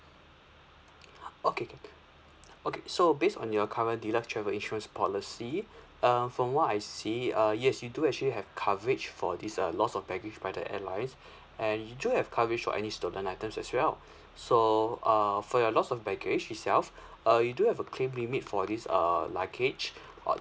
okay okay okay so based on your current deluxe travel insurance policy uh from what I see uh yes you do actually have coverage for this uh loss of baggage by the airlines and you do have coverage for any stolen items as well so err for your loss of baggage itself uh you do have a claim limit for this uh luggage or